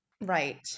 Right